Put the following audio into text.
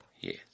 Yes